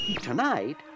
Tonight